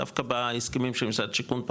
דווקא ההסכמים של משרד השיכון,